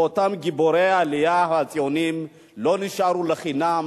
ואותם גיבורי העלייה הציונים לא נשארו לחינם